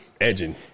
Edging